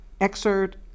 excerpt